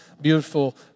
beautiful